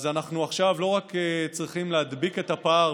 אז אנחנו עכשיו לא רק צריכים להדביק את הפער,